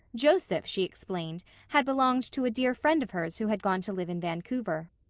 joseph, she explained, had belonged to a dear friend of hers who had gone to live in vancouver.